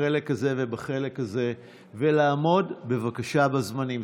בחלק הזה ובחלק הזה ולעמוד בבקשה בזמנים.